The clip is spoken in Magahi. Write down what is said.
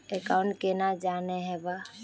अकाउंट केना जाननेहव?